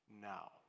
now